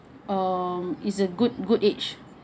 um is a good good age